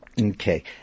Okay